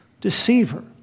deceiver